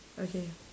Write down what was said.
okay